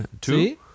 Two